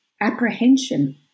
apprehension